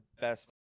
best